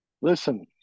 Listen